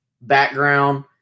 background